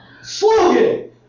Slogan